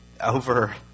over